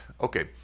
okay